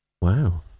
Wow